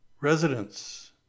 residents